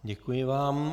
Děkuji vám.